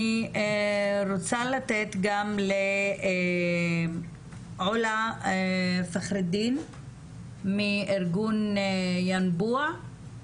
אני רוצה לתת גם לעולא פחראלדין מארגון ינבוע.